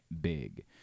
big